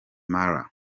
mara